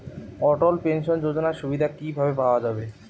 অটল pension যোজনার সুবিধা কি ভাবে পাওয়া যাবে?